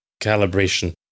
Calibration